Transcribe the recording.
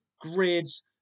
grids